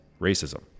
racism